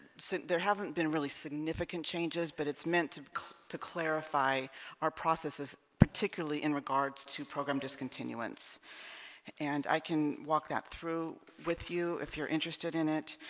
there haven't been really significant changes but it's meant to clarify our processes particularly in regards to program discontinuance and i can walk that through with you if you're interested in it